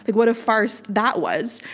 what a farce that was.